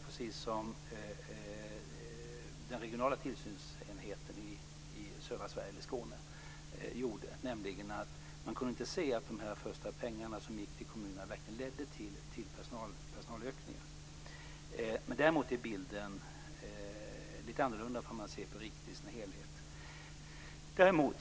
Precis som den regionala tillsynsenheten i Skåne konstaterade kunde man inte se att dessa pengar till kommunerna verkligen ledde till personalökningar. Bilden är däremot lite annorlunda om man ser till riket i dess helhet.